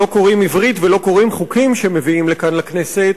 שלא קוראים עברית ולא קוראים חוקים שמביאים לכאן לכנסת,